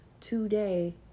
today